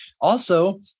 also-